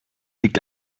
liegt